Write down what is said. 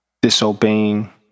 disobeying